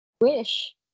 wish